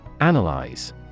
Analyze